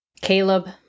Caleb